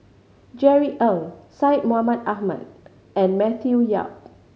Jerry Ng Syed Mohamed Ahmed and Matthew Yap